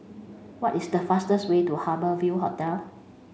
what is the fastest way to Harbour Ville Hotel